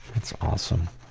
that's awesome.